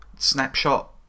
Snapshot